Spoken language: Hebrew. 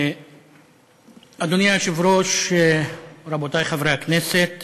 אדוני היושב-ראש, רבותי חברי הכנסת,